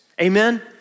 amen